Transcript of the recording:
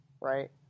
right